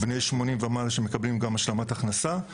בני 80 ומעלה שמקבלים גם השלמת הכנסה.